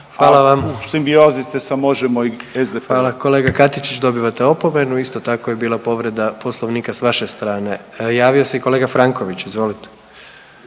i SDP. **Jandroković, Gordan (HDZ)** Hvala kolega Katičić dobivate opomenu isto tako je bila povreda poslovnika s vaše strane. Javio se i kolega Franković izvolite.